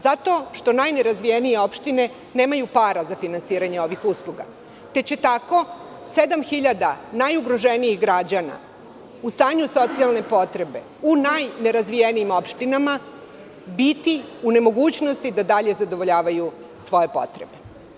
Zato što najnerazvijenije opštine nemaju para za finansiranje ovih usluga, te će tako 7.000 najugroženijih građana u stanju socijalne potrebe u najnerazvijenijim opštinama biti u nemogućnosti da dalje zadovoljavaju svoje potrebe.